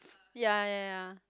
ya ya ya